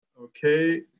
Okay